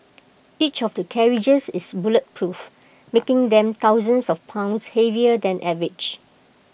each of the carriages is bulletproof making them thousands of pounds heavier than average